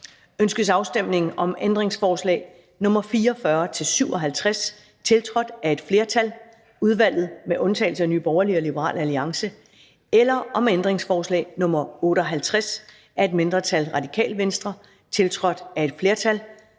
Ønskes afstemning om ændringsforslag nr. 44-57, tiltrådt af et flertal (udvalget med undtagelse af NB og LA), eller om ændringsforslag nr. 58 af et mindretal (RV), tiltrådt af et flertal